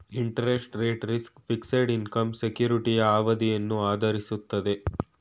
interest rate risk, fixed income ಸೆಕ್ಯೂರಿಟಿಯ ಅವಧಿಯನ್ನು ಆಧರಿಸಿರುತ್ತದೆ